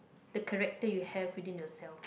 the character you have within yourself